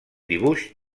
dibuix